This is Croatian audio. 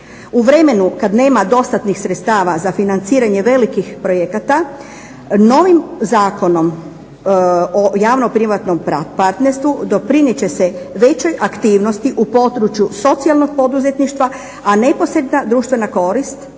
U vremenu kada nema dostatnih sredstava za financiranje velikih projekata novim Zakonom o javno-privatnog partnerstvu doprinijet će se većoj aktivnosti u području socijalnog poduzetništva a neposredna društvena korist